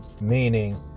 meaning